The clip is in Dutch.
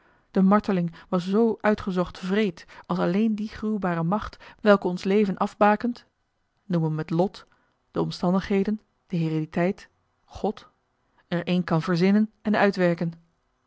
de marteling was zoo uitgezocht wreed als alleen die gruwbare macht welke ons leven afbakent noem m het lot de omstandigheden de herediteit god er een kan verzinnen en uitwerken